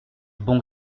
bon